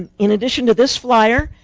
and in addition to this flier,